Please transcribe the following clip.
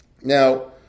Now